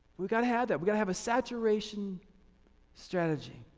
we gotta have that we're gotta have a saturation strategy.